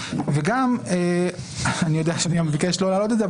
וגם אני יודע שאדוני מבקש לא להעלות את זה,